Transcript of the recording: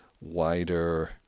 wider